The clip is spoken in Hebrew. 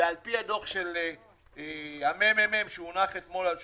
ולפי הדוח של הממ"מ שהונח אתמול על שולחננו,